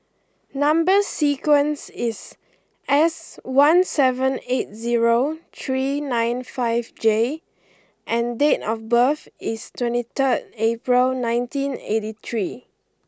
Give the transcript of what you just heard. number sequence is S one seven eight zero three nine five J and date of birth is twenty third April nineteen eighty three